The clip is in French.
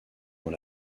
dans